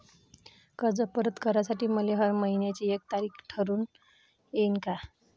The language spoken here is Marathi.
कर्ज परत करासाठी मले हर मइन्याची एक तारीख ठरुता येईन का?